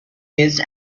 used